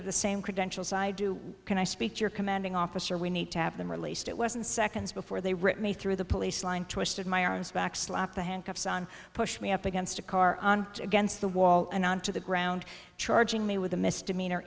have the same credentials i do can i speak to your commanding officer we need to have them released it wasn't seconds before they written me through the police line twisted my arms back slap the handcuffs on pushed me up against a car on against the wall and on to the ground charging me with a misdemeanor